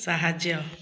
ସାହାଯ୍ୟ